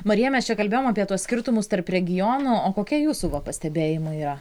marija mes čia kalbėjom apie tuos skirtumus tarp regionų o kokie jūsų va pastebėjimai yra